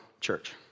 church